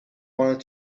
wanted